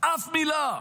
אף מילה,